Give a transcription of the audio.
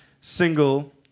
single